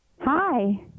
Hi